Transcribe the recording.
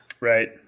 Right